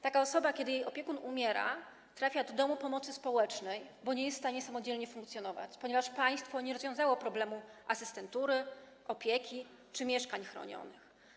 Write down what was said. Takie osoby, gdy ich opiekunowie umierają, trafiają do domu pomocy społecznej, gdyż nie są w stanie samodzielnie funkcjonować, ponieważ państwo nie rozwiązało problemu asystentury, opieki czy mieszkań chronionych.